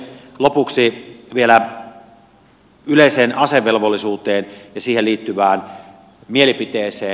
lopuksi vielä yleiseen asevelvollisuuteen ja siihen liittyvään mielipiteeseen